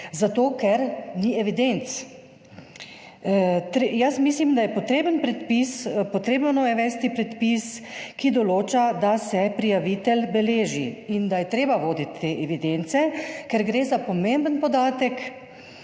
predpis, potrebno je uvesti predpis, ki določa, da se prijavitelj beleži, in da je treba voditi evidence, ker gre za pomemben podatek,